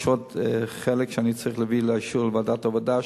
יש עוד חלק שאני צריך להביא לאישור לוועדת העבודה,